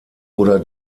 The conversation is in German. oder